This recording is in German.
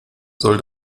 soll